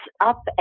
up